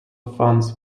funds